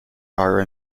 are